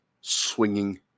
swinging